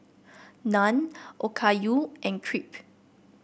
Naan Okayu and Crepe